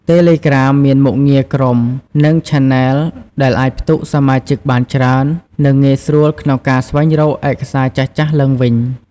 តេឡេក្រាម មានមុខងារក្រុម និង ឆាណែល ដែលអាចផ្ទុកសមាជិកបានច្រើន និងងាយស្រួលក្នុងការស្វែងរកឯកសារចាស់ៗឡើងវិញ។